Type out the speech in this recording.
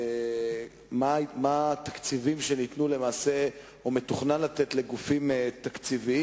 מה התקציבים שניתנו או שמתוכנן לתת לגופים פרטיים,